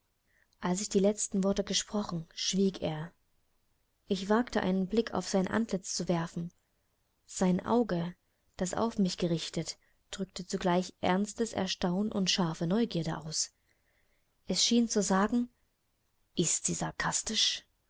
als ich die letzten worte gesprochen schwieg er ich wagte einen blick auf sein antlitz zu werfen sein auge das auf mich gerichtet drückte zugleich ernstes erstaunen und scharfe neugierde aus es schien zu sagen ist sie sarkastisch